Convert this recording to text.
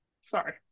Sorry